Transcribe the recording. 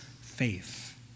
faith